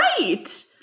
right